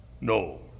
no